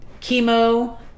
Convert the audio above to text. chemo